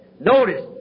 notice